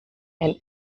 and